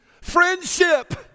friendship